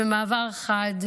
במעבר חד,